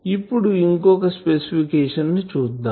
ఇప్పుడు ఇంకో స్పెసిఫికేషన్ ని చూద్దాం